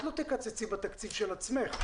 את לא תקצצי בתקציב של עצמך.